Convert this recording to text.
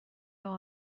اقا